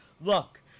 Look